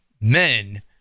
men